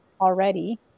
already